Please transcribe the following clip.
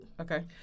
Okay